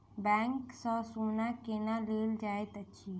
bank सँ सोना केना लेल जाइत अछि